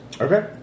Okay